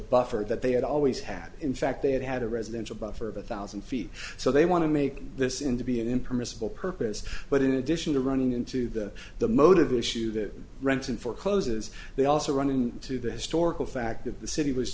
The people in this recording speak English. buffer that they had always had in fact they had had a residential buffer of a thousand feet so they want to make this in to be an impermissible purpose but in addition to running into the the motivation to the rents and forecloses they also running to the historical fact of the city was